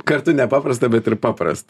kartu nepaprasta bet ir paprasta